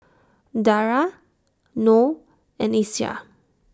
Dara Noh and Aisyah